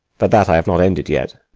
but that i have not ended yet.